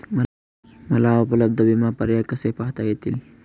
मला उपलब्ध विमा पर्याय कसे पाहता येतील?